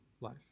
life